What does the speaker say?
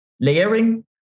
layering